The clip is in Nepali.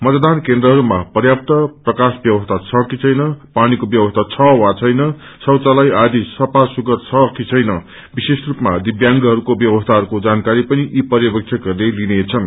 मतदान केन्द्रहस्तमा पर्याप्त प्रकाश व्यवसी छ कि छैन पानीको व्यवसी छ वा छैन शौचालय आदि सफाा सुग्धर छ कि छैन विशेष रूपमा दिव्यांगहरूको व्यवस्थाहरूको जानकारी पनि यी पर्यवेक्षकहरूले लिनेछन्